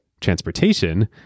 transportation